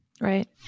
Right